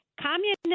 communist